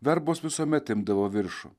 verbos visuomet imdavo viršų